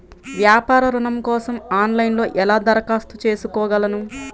వ్యాపార ఋణం కోసం ఆన్లైన్లో ఎలా దరఖాస్తు చేసుకోగలను?